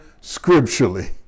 scripturally